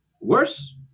worse